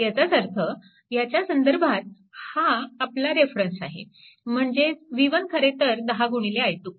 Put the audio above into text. याचाच अर्थ ह्याच्या संदर्भात हा आपला रेफेरंस आहे म्हणजेच v1 खरेतर 10 गुणिले i2